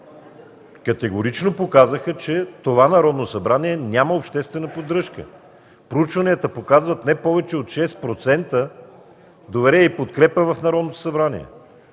категорично показаха, че това Народно събрание няма обществена поддръжка – проучванията показват не повече от 6% доверие и подкрепа в Народното събрание.